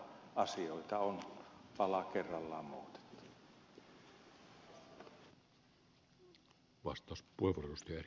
mutta asioita on pala kerrallaan muutettu